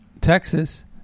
Texas